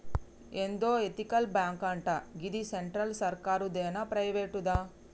ఏందో ఎతికల్ బాంకటా, గిది సెంట్రల్ సర్కారుదేనా, ప్రైవేటుదా